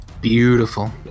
Beautiful